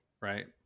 right